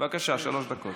בבקשה, שלוש דקות.